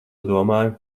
domāju